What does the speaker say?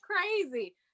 crazy